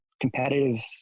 competitive